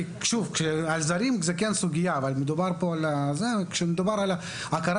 על זרים זוהי כן סוגייה, אבל כשמדובר על הכרה